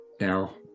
Now